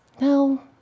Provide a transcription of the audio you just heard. No